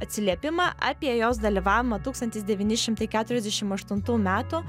atsiliepimą apie jos dalyvavimą tūkstantis devyni šimtai keturiasdešim aštuntų metų